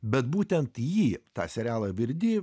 bet būtent jį tą serialą virdi